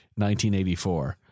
1984